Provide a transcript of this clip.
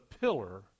pillar